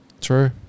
True